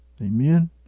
Amen